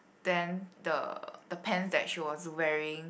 then the the pants that she was wearing